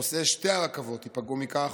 נוסעי שתי רכבות ייפגעו מכך,